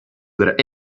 that